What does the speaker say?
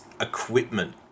equipment